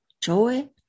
Joy